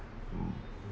mm